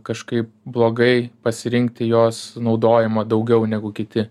kažkaip blogai pasirinkti jos naudojimą daugiau negu kiti